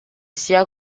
sia